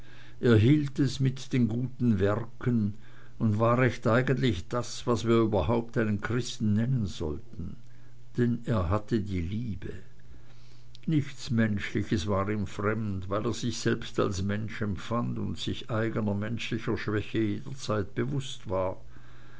hielt es mit den guten werken und war recht eigentlich das was wir überhaupt einen christen nennen sollten denn er hatte die liebe nichts menschliches war ihm fremd weil er sich selbst als mensch empfand und sich eigner menschlicher schwäche jederzeit bewußt war